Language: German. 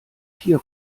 vier